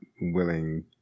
willing